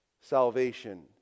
salvation